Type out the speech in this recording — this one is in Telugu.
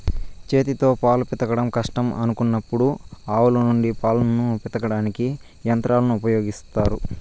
చేతితో పాలు పితకడం కష్టం అనుకున్నప్పుడు ఆవుల నుండి పాలను పితకడానికి యంత్రాలను ఉపయోగిత్తారు